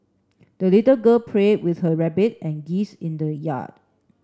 the little girl play with her rabbit and geese in the yard